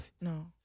No